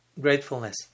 gratefulness